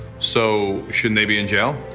so, shouldn't they be in jail?